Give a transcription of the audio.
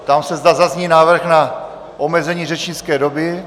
Ptám se, zda zazní návrh na omezení řečnické doby.